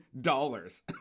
dollars